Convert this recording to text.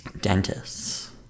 dentists